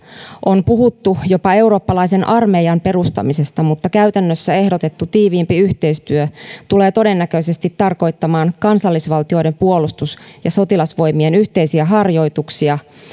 on puhuttu jopa eurooppalaisen armeijan perustamisesta mutta käytännössä ehdotettu tiiviimpi yhteistyö tulee todennäköisesti tarkoittamaan kansallisvaltioiden puolustus ja sotilasvoimien yhteisiä harjoituksia